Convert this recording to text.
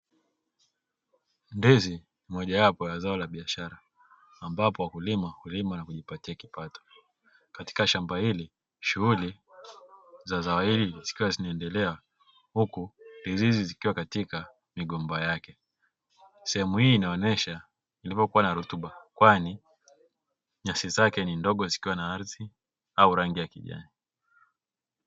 Ndizi ni mojawapo ya zao la biashara ambapo wakulima hulima na kujipatia kipato, katika shamba hili shughuli za zao hili zikawa zinaendelea huku ndizi zikiwa katika migomba yake, sehemu hii inaonyesha nilivyokuwa na rutuba kwani nyasi zake ni ndogo zikiwa na ardhi au rangi ya kijani.